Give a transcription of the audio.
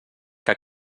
que